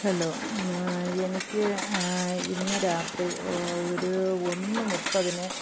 hello എനിക്ക് ഇന്ന് രാത്രി ഒരു ഒന്ന് മുപ്പതിന്